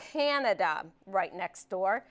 canada right next door